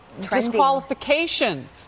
disqualification